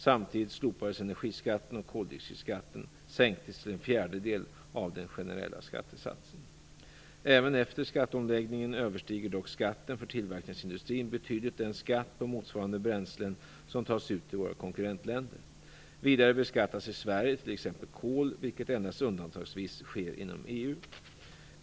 Samtidigt slopades energiskatten, och koldioxidskatten sänktes till en fjärdedel av den generella skattesatsen. Även efter skatteomläggningen överstiger dock skatten för tillverkningsindustrin betydligt den skatt på motsvarande bränslen som tas ut i våra konkurrentländer. Vidare beskattas i Sverige t.ex. kol, vilket endast undantagsvis sker inom EU.